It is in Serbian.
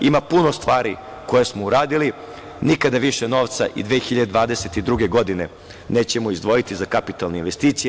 Ima puno stvari koje smo uradili, nikada više novca i 2022. godine nećemo izdvojiti za kapitalne investicije.